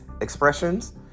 Expressions